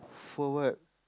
for what